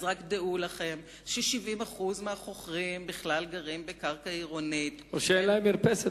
אז רק דעו לכם ש-70% מהחוכרים גרים על קרקע עירונית בכלל.